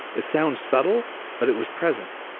it sounds subtle but it was present.